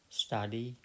study